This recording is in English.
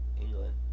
England